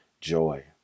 joy